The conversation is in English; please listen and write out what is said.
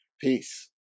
Peace